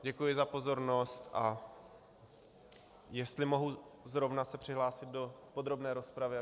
Děkuji za pozornost a jestli mohu zrovna se přihlásit do podrobné rozpravy...?